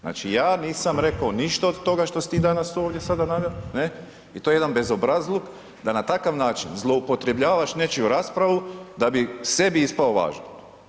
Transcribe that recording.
Znači, ja nisam rekao ništa od toga što si ti danas ovdje sada naveo, ne i to je jedan bezobrazluk da na takav način zloupotrebljavaš nečiju raspravu da bi sebi ispao važan.